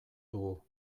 dugu